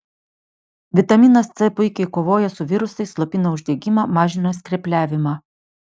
vitaminas c puikiai kovoja su virusais slopina uždegimą mažina skrepliavimą